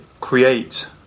create